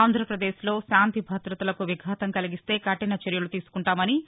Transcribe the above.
ఆంధ్రావదేశ్లో శాంతి భద్రతలకు విఘాతం కలిగిస్తే కఠినచర్యలు తీసుకుంటామని న్ని